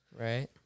Right